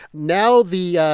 now the,